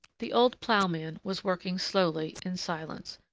the old ploughman was working slowly, in silence,